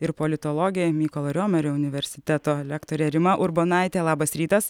ir politologė mykolo romerio universiteto lektorė rima urbonaitė labas rytas